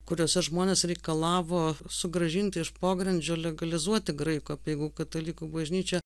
kuriuose žmonės reikalavo sugrąžinti iš pogrindžio legalizuoti graikų apeigų katalikų bažnyčią